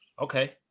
Okay